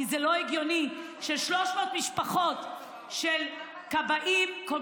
כי זה לא הגיוני ש-300 משפחות של כבאים כל